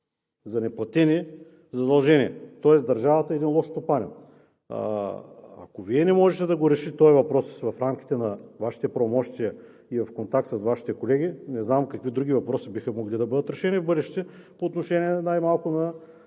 за неплатени задължения, тоест държавата е един лош стопанин. Ако Вие не можете да решите този въпрос в рамките на Вашите правомощия и в контакт с Вашите колеги, не знам какви други въпроси биха могли да бъдат решени в бъдеще най-малко по